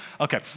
okay